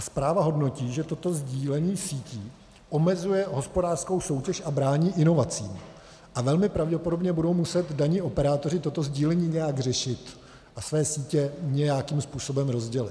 A zpráva hodnotí, že toto sdílení sítí omezuje hospodářskou soutěž a brání inovacím a velmi pravděpodobně budou muset daní operátoři toto sdílení nějak řešit a své sítě nějakým způsobem rozdělit.